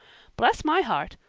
bless my heart!